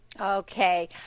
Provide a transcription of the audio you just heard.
Okay